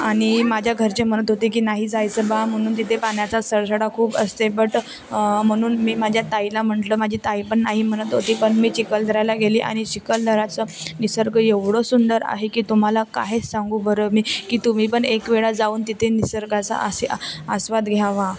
आणि माझ्या घरचे म्हणत होते की नाही जायचं बा म्हणून तिथे पाण्याचा सरसाडा खूप असते बट म्हणून मी माझ्या ताईला म्हटलं माझी ताई पण नाही म्हणत होती पण मी चिखलदऱ्याला गेले आणि चिखलदऱ्याचं निसर्ग एवढं सुंदर आहे की तुम्हाला काहीच सांगू बरं मी की तुम्ही पण एक वेळा जाऊन तिथे निसर्गाचा असे आस्वाद घ्यावा